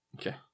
Okay